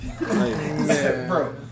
Bro